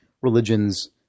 religions